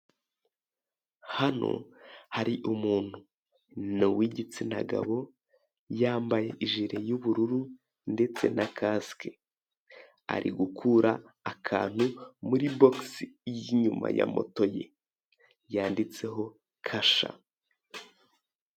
Hano hari umuntu ni uw'igitsina gabo yambaye ijire y'ubururu ndetse na kasike ari gukura akantu muri bogisi iri inyuma ya moto ye yanditseho kasha.